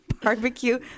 barbecue